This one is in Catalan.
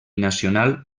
nacional